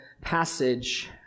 passage